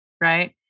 right